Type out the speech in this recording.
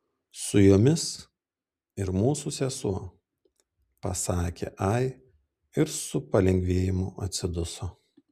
su jomis ir mūsų sesuo pasakė ai ir su palengvėjimu atsiduso